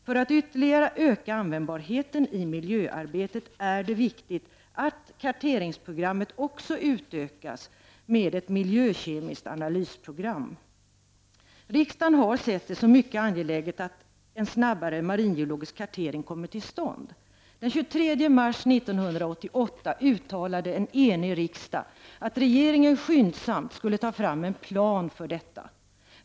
För att ytterligare öka användbarheten i miljöarbetet är det viktigt att karteringsprogrammet också utökas med ett miljökemiskt analysprogram. Riksdagen har sett det som mycket angeläget att en snabbare maringeologisk kartering kommer till stånd. Den 23 mars 1988 uttalade en enig riksdag att regeringen skyndsamt skulle ta fram en plan för detta.